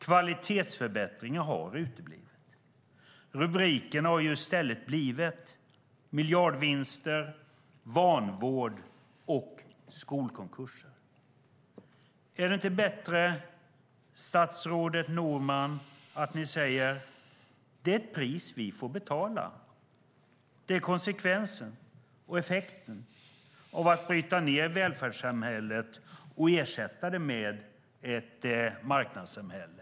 Kvalitetsförbättringar har uteblivit. Rubrikerna har i stället handlat om miljardvinster, vanvård och skolkonkurser. Är det inte bättre, statsrådet Norman, att ni säger: Det är priset vi får betala - det är konsekvensen och effekten av att bryta ned välfärdssamhället och ersätta det med ett marknadssamhälle.